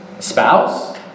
spouse